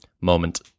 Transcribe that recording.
moment